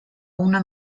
una